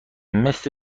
مثل